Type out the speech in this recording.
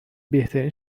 بهترین